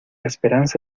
esperanza